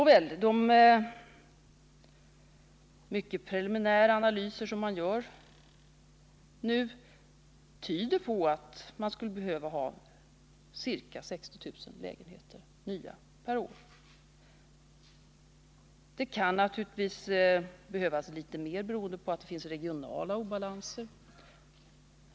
Nåväl — de mycket preliminära analyser som man gör nu tyder på att vi skulle behöva ha ca 60 000 nya lägenheter per år. Det kan naturligtvis behövas litet mer, beroende på att det finns regionala obalanser.